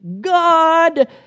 God